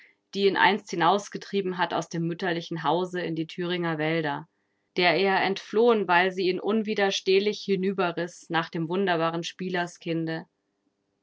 die ihn einst hinausgetrieben hat aus dem mütterlichen hause in die thüringer wälder der er entflohen weil sie ihn unwiderstehlich hinüberriß nach dem wunderbaren